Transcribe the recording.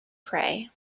prey